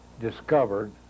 discovered